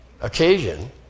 occasion